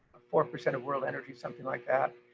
four percent of world energy something like that.